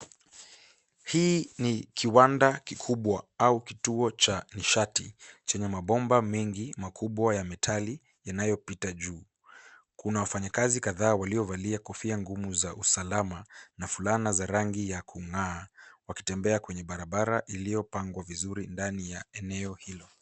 Hii ni kiwada kikubwa au kituo cha nishati chenye mabomba mengi makubwa ya metali yanayopita juu kuna wafanyakazi kadhaa waliovalia kofia ngumu za usalama na fulana za rangi ya kung'aa, wakitembea kwenye barabara iliyopangwa vizuri ndani ya eneo hilo.